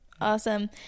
Awesome